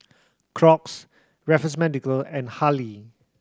Crocs Raffles Medical and Haylee